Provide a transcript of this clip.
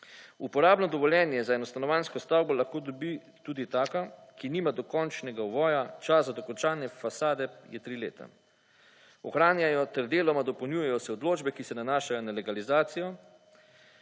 Uporabno dovoljenje za eno stanovanjsko stavbo lahko dobi tudi taka, ki nima dokončnega ovoja, čas za dokončanje fasade je tri leta. Ohranjajo ter deloma dopolnjujejo se odločbe, ki se nanašajo na legalizacijo,